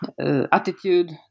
Attitude